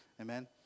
amen